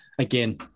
Again